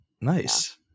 Nice